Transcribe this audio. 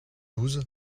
douze